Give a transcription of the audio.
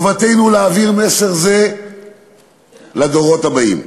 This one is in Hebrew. חובתנו להעביר מסר זה לדורות הבאים.